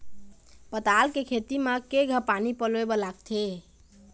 पताल के खेती म केघा पानी पलोए बर लागथे?